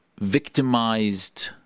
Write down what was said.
victimized